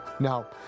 Now